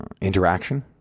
interaction